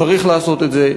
צריך לעשות את זה.